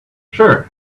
sure